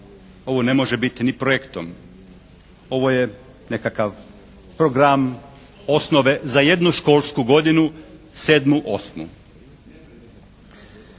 Ovo ne može biti ni projektom. Ovo je nekakav program osnove za jednu školsku godinu sedmu, osmu.